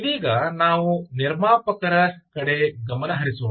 ಇದೀಗ ನಾವು ನಿರ್ಮಾಪಕರ ಕಡೆ ಗಮನ ಹರಿಸೋಣ